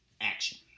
action